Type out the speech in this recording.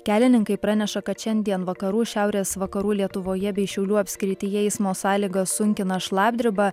kelininkai praneša kad šiandien vakarų šiaurės vakarų lietuvoje bei šiaulių apskrityje eismo sąlygas sunkina šlapdriba